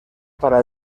para